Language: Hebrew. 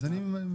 אז אני מבקש.